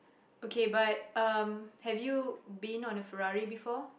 okay but have you been on a ferrari before